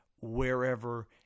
wherever